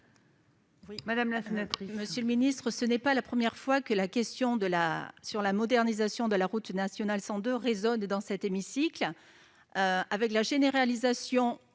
Madame la sénatrice